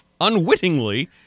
unwittingly